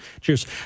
Cheers